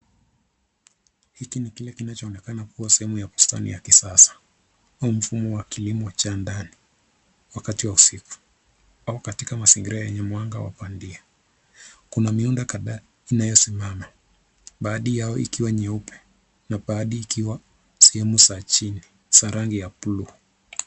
Hiki ni kile kinachoonekana kuwa sehemu ya bustani ya kisasa, huu mfumo wa kilimo cha ndani wakati wa usiku au katika mazingira yenye mwanga wa bandia. Kuna miundo kadhaa inayosimama, baadhi yao ikiwa nyeupe na baadhi ikiwa sehemu za chini za rangi ya buluu.